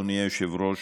אדוני היושב-ראש,